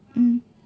mm